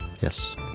Yes